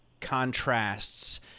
contrasts